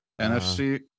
NFC